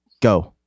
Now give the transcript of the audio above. go